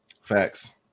Facts